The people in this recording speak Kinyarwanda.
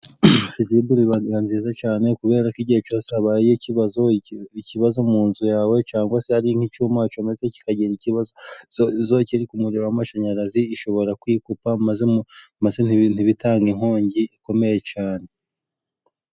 Fizibure iba nziza cyane kubera ko igihe cyose habaye ikibazo mu nzu yawe cyangwa se hari nk'icyuma wacometse kikagira ikibazo kiri ku muriro w'amashanyarazi ishobora kwikupa maze ntibitange inkongi ikomeye cyane